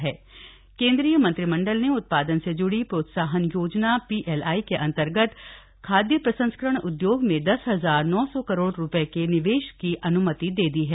प्रोत्साहन योजना मंजूरी केन्द्रीय मंत्रिमंडल ने उत्पादन से ज्ड़ी प्रोत्साहन योजना पीएलआई के अंतर्गत खाद्य प्रसंस्करण उद्योग में दस हजार नौ सौ करोड रुपए के निवेश की अन्मति दे दी है